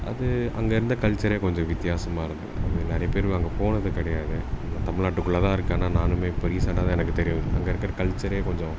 அது அங்கே இருந்த கல்ச்சரே கொஞ்சம் வித்தியாசமாக இருக்குது அது நிறைய பேர் அங்கே போனது கிடையாது இங்கே தமிழ்நாட்டுக்குள்ளதான் இருக்குது ஆனால் நானுமே இப்போ ரீசெண்ட்டாக தான் எனக்கு தெரியும் அங்கே இருக்கற கல்ச்சரே கொஞ்சம்